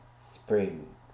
spring